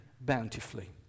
bountifully